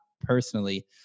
personally